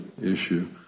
issue